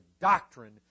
doctrine